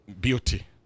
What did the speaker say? Beauty